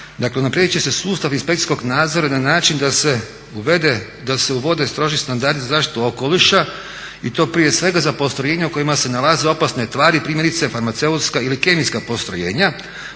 Dakle unaprijedit će se sustav inspekcijskog nadzora na način da se uvode stroži standardi za zaštitu okoliša i to prije svega za postrojenja u kojima se nalaze opasne stvari primjerice farmaceutska ili kemijska postrojenja,